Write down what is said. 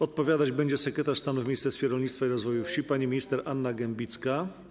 Odpowiadać będzie sekretarz stanu w Ministerstwie Rolnictwa i Rozwoju Wsi pani minister Anna Gembicka.